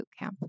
Bootcamp